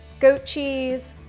goat cheese,